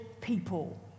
people